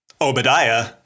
Obadiah